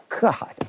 God